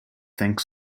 think